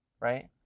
right